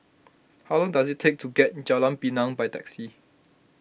how long does it take to get to Jalan Pinang by taxi